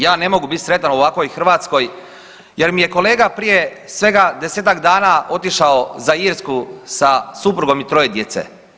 Ja ne mogu bit sretan u ovakvoj Hrvatskoj jer mi je kolega prije svega 10-tak dana otišao za Irsku sa suprugom i troje djece.